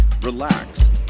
relax